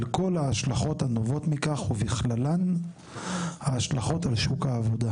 על כל ההשלכות הנובעות מכך ובכללן ההשלכות על שוק העבודה".